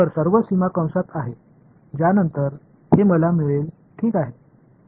तर सर्व सीमा कंसात आहेत ज्यानंतर हे मला मिळेल ठीक आहे